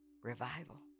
revival